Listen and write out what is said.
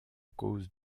cause